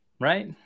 right